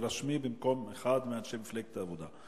תירשמי במקום אחד מאנשי מפלגת העבודה.